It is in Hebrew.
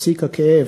פסק הכאב.